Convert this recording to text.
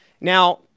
Now